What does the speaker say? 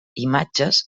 imatges